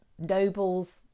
nobles